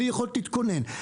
בלי יכולת להתכונן,